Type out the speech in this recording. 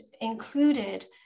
included